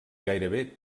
gairebé